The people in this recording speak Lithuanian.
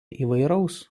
įvairaus